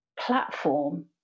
platform